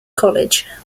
college